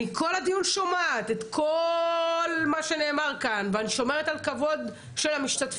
אני כל הדיון שומעת את כל מה שנאמר כאן ואני שומרת על כבוד המשתתפים.